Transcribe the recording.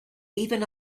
even